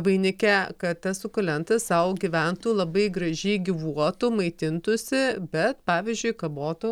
vainike kad tas sukulentas sau gyventų labai gražiai gyvuotų maitintųsi bet pavyzdžiui kabotų